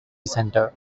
centre